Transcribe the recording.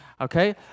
okay